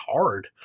hard